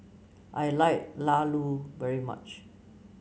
I like Laddu very much